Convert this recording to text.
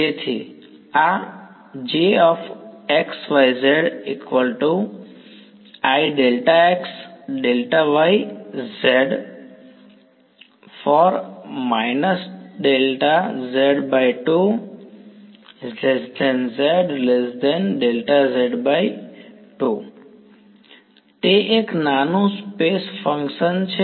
તેથી આ તે એક નાનું સ્ટેપ ફંક્શન છે